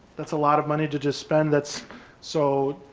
that's a lot of money to just spend that's so,